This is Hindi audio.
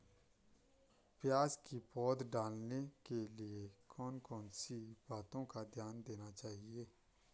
प्याज़ की पौध डालने के लिए कौन कौन सी बातों का ध्यान देना चाहिए?